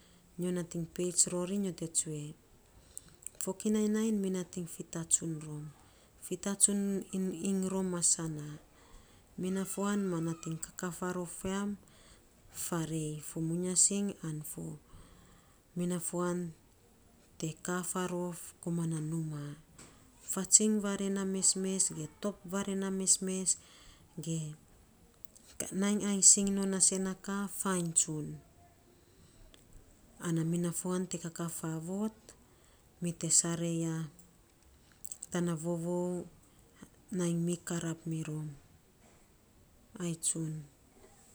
Nyo natiny peits rori, nyo te tsue fokinai nainy mi natiny fifatsuts rom fitatsun iny iny rom a sana, a mi na fuan ma natiny kaa faarof yam faarei fo muasiny an mi na fuan te kaa faarof yam faarei fo muasiny an mi na fuan te kaa faarof koman na numaa, fatsiny vaare na mesmes ge top vaare na mesmes ge nainy ai sing non na isen na kaa fuainy tsuiny ana mi na fuan te kaa faavot mi te sarei ya tana vovou nainy mi karap mi rom ai tsun.